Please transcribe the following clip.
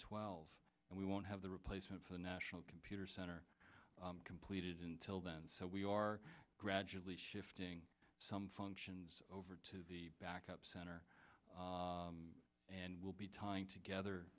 twelve and we won't have the replacement for the national computer center completed until then so we are gradually shifting some functions over to the backup center and will be tying together